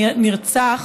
שנרצח,